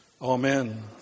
Amen